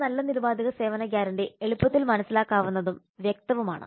ഒരു നല്ല നിരുപാധിക സേവന ഗ്യാരണ്ടി എളുപ്പത്തിൽ മനസ്സിലാക്കാവുന്നതും അവ്യക്തവുമാണ്